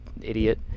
idiot